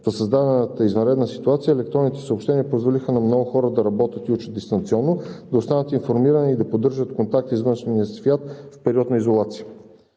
В създадената извънредна ситуация електронните съобщения позволиха на много хора да работят и учат дистанционно, да останат информирани и да поддържат контакти с външния свят в период на изолация.